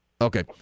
Okay